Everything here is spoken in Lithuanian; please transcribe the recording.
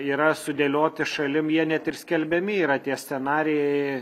yra sudėlioti šalim jie net ir skelbiami yra tie scenarijai